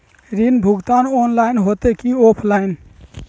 ऋण भुगतान ऑनलाइन होते की ऑफलाइन?